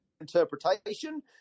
interpretation